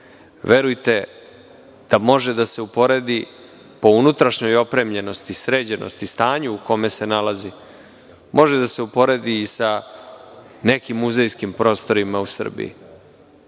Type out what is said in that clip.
Verujte da može da se uporedi po unutrašnjoj opremljenosti, sređenosti, stanju u kome se nalazi može da se uporedi i sa nekim muzejskim prostorima u Srbiji.